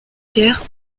caire